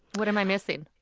what am i missing?